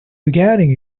regarding